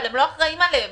הם לא אחראים עליהם.